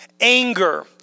anger